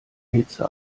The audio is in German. hitze